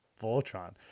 Voltron